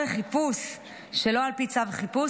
17) (חיפוש שלא על פי צו חיפוש,